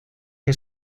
que